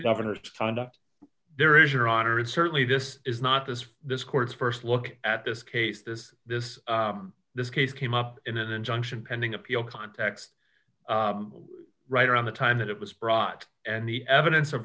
governor's conduct there is your honor and certainly this is not this this court's st look at this case this this this case came up in an injunction pending appeal context right around the time that it was brought and the evidence of